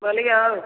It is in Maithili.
बोलिऔ